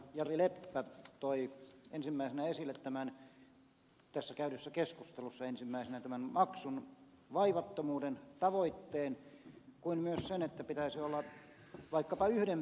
jari leppä toi ensimmäisenä esille tässä käydyssä keskustelussa tämän maksun vaivattomuuden tavoitteen niin kuin myös sen että pitäisi olla vaikkapa yhden päivänkin kalastuslupia